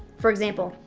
for example,